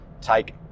take